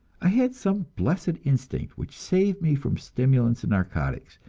i had some blessed instinct which saved me from stimulants and narcotics.